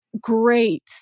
great